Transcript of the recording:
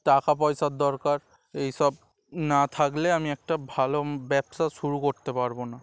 টাকা পয়সার দরকার এইসব না থাকলে আমি একটা ভালো ব্যবসা শুরু করতে পারব না